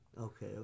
Okay